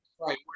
Right